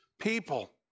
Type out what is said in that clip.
people